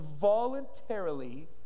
voluntarily